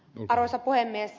arvoisa puhemies